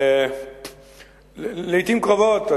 לעתים קרובות,